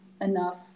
enough